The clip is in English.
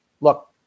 Look